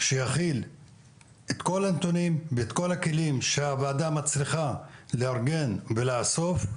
שיכין את כל הנתונים והכלים שהוועדה מצליחה לארגן ולעשות,